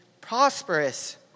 prosperous